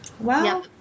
Wow